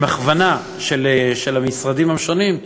עם הכוונה של המשרדים השונים,